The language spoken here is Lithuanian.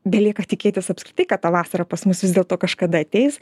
belieka tikėtis apskritai kad ta vasara pas mus vis dėlto kažkada ateis